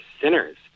sinners